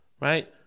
right